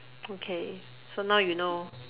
okay so now you know